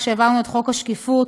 כשהעברנו את חוק השקיפות,